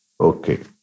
Okay